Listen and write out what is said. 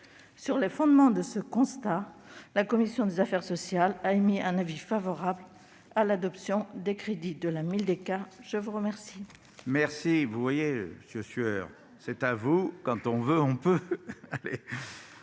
Se fondant sur ce constat, la commission des affaires sociales a émis un avis favorable à l'adoption des crédits de la Mildeca. La parole